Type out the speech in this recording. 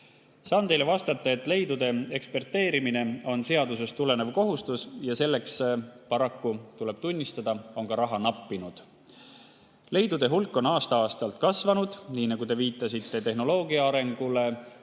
Saan teile vastata, et leidude eksperteerimine on seadusest tulenev kohustus ja selleks, paraku tuleb tunnistada, on raha nappinud. Leidude hulk on aasta-aastalt kasvanud. Te viitasite tehnoloogia arengule,